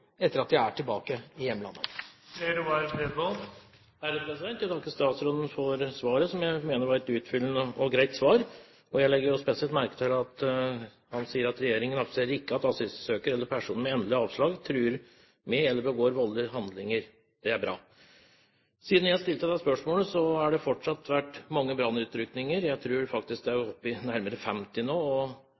etter at de er tilbake i hjemlandet. Jeg takker statsråden for svaret, som jeg mener var utfyllende og greit. Jeg legger også spesielt merke til at statsråden sier at regjeringen ikke aksepterer at asylsøkere, eller personer med endelig avslag, truer med, eller begår, voldelige handlinger – det er bra. Siden jeg stilte det spørsmålet, har det fortsatt vært mange brannutrykninger – jeg tror faktisk det er oppe i nærmere 50 nå.